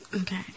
Okay